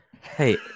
Hey